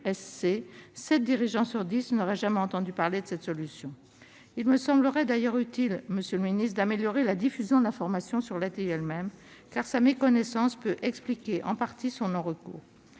dirigeants sur dix n'auraient jamais entendu parler de cette solution. Il me semblerait d'ailleurs utile, monsieur le ministre, d'améliorer la diffusion de l'information sur l'ATI elle-même, car, en la matière, la méconnaissance peut en partie expliquer le non-recours.